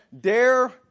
Dare